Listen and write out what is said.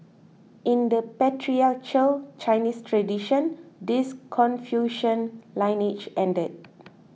in the patriarchal Chinese tradition his Confucian lineage ended